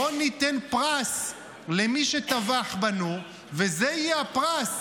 בוא ניתן פרס למי שטבח בנו, וזה יהיה הפרס.